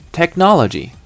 technology